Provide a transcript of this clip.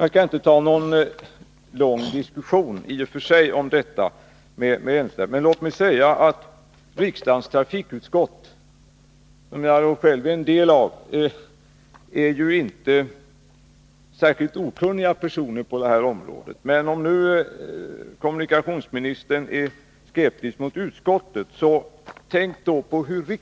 Jag skall inte ta upp en lång diskussion med Claes Elmstedt om detta, men låt mig säga att riksdagens trafikutskott — som jag själv är en del av — inte består av personer som är helt okunniga på detta område. Men om nu kommunikationsministern är skeptisk mot utskottet, tänk då på hur